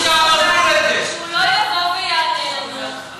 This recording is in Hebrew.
והוא לא יבוא ויענה לנו,